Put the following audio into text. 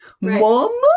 Mama